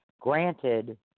granted